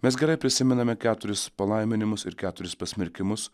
mes gerai prisimename keturis palaiminimus ir keturis pasmerkimus